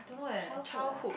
childhood ah